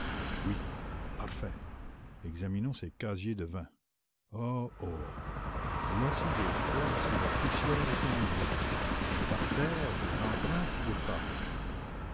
oui parfait examinons ces casiers de vin oh oh voici des places où la poussière a été enlevée et par terre des empreintes de pas